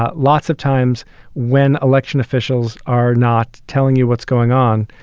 ah lots of times when election officials are not telling you what's going on,